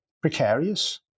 precarious